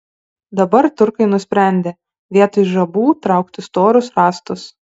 dabar turkai nusprendė vietoj žabų traukti storus rąstus